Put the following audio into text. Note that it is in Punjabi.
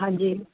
ਹਾਂਜੀ